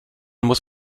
muss